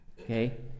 Okay